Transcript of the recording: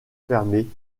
fermés